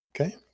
Okay